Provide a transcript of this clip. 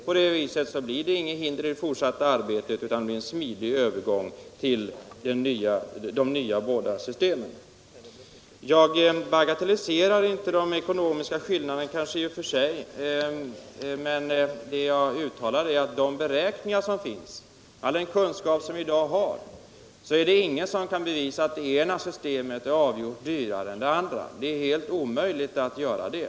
På det viset blir det inga hinder i det fortsatta arbetet utan en smidig övergång till de båda nya systemen. Jag verkar kanske bagatellisera de ekonomiska skillnaderna. Men det jag uttalar är att med de beräkningar och all den kunskap som vi har i dag kan ingen bevisa att det ena systemet är avgjort dyrare än det andra. Det är omöjligt att göra det.